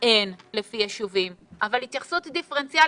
אנשי השווקים, באופן טיבם - ואני אומר את